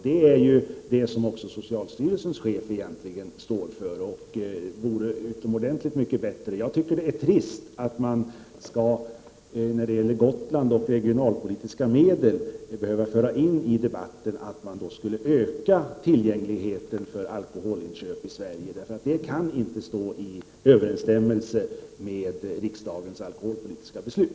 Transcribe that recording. Det är vad socialstyrelsens chef egentligen också föreslår, och det vore utomordentligt mycket bättre. Jag tycker att det är trist att man i debatten om Gotland och de regionaälpolitiska medlen skall behöva föra in ett förslag om att öka tillgängligheten när det gäller alkoholinköp i Sverige. Detta kan inte stå i överensstämmelse med riksdagens alkoholpolitiska beslut.